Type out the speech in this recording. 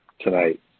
tonight